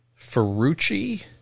Ferrucci